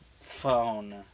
phone